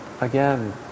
again